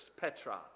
Petra